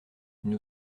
nous